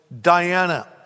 Diana